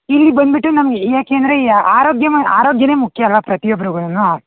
ಇಲ್ಲಿ ಬಂದುಬಿಟ್ಟು ನಮ್ಗೆ ಏಕೆಂದರೆ ಈ ಆರೋಗ್ಯ ಆರೋಗ್ಯನೇ ಮುಖ್ಯ ಅಲ್ವಾ ಪ್ರತಿಯೊಬ್ರಗೂನೂ